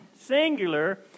singular